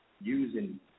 using